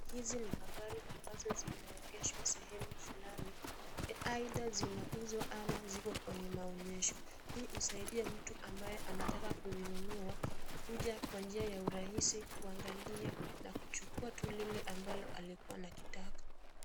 Hizi ni magari ambazo zimeegeshwa sehemu fulani. Aidha zinauzwa ama ziko kwenye maonyesho. Hii husaidia mtu ambaye anataka kuzinunua kuja kwa njia ya urahisi kuangalia na kuchukua tu lile ambalo alikuwa anakitaka.